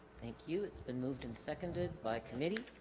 thank you it's been moved and seconded by committee